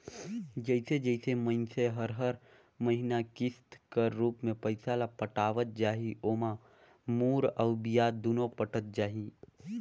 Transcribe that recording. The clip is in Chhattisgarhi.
जइसे जइसे मइनसे हर हर महिना किस्त कर रूप में पइसा ल पटावत जाही ओाम मूर अउ बियाज दुनो पटत जाही